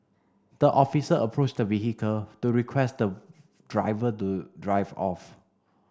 the officer approached the vehicle to request the driver to drive off